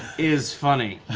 is funny.